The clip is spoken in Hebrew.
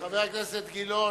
חבר הכנסת גילאון,